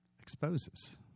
exposes